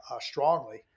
strongly